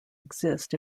exist